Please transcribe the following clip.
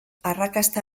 arrakasta